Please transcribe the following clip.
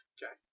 Okay